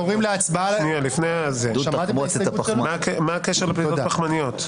מה הקשר לפליטות פחמניות?